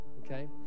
okay